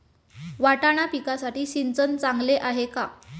वाटाणा पिकासाठी सिंचन चांगले आहे का?